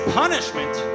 punishment